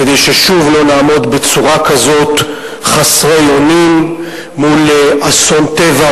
כדי ששוב לא נעמוד בצורה כזאת חסרי אונים מול אסון טבע,